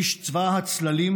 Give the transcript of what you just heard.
איש צבא הצללים,